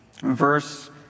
verse